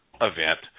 event